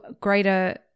greater